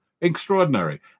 extraordinary